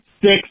six